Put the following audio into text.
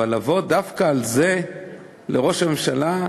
אבל לבוא דווקא על זה לראש הממשלה?